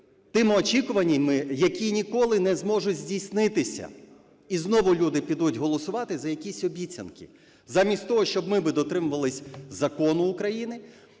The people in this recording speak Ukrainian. тими очікуваннями, які ніколи не зможуть здійснитися. І знову люди підуть голосувати за якісь обіцянки. Замість того, щоби ми дотримувались закону України,